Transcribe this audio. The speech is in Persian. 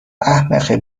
احمق